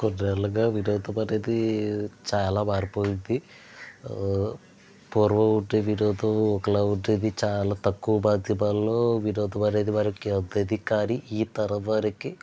కొన్ని ఏళ్లుగా వినోదం అనేది చాలా మారిపోయింది ఆ పూర్వం అంటే వినోదం ఒకలాగా ఉండేది చాలా తక్కువ మాధ్యమాలలో వినోదం అనేది అందేది కానీ ఈ తరం వారికి